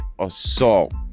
assault